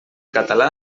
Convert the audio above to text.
català